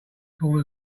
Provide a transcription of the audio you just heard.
corner